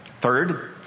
Third